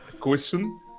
question